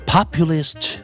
Populist